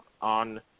on